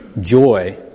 Joy